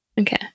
Okay